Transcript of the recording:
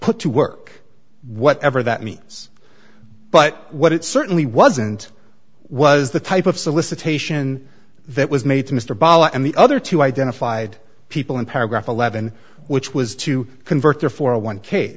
put to work whatever that means but what it certainly wasn't was the type of solicitation that was made to mr ball and the other two identified people in paragraph eleven which was to convert there for a one k